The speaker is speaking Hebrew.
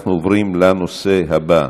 אנחנו עוברים לנושא הבא,